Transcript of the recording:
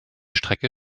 strecke